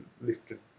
lifted